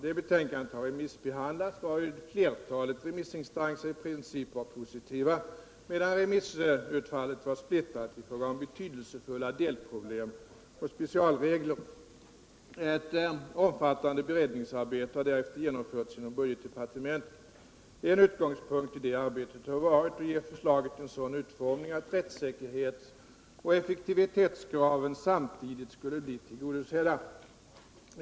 Det betänkandet har remissbehandlats, varvid flertalet remissinstanser i princip var positiva, medan remissutfallet var splittrat i fråga om betydelsefulla delproblem och specialregler. Ett omfattande beredningsarbete har därefter genomförts inom budgetdepartementet. En utgångspunkt i det arbetet har varit att ge förslaget en sådan utformning att rättssäkerhetsoch effektivitetskraven samtidigt skulle bli tillgodosedda.